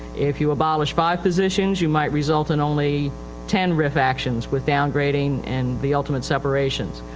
if you abolish five positions you might result in only ten rif actions with downgrading and the ultimate separations.